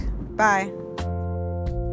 Bye